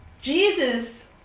Jesus